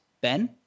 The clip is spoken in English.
Ben